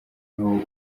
aho